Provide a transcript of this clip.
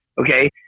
Okay